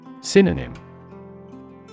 Synonym